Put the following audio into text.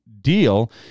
deal